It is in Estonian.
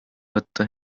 võtta